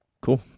Cool